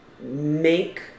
make